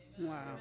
Wow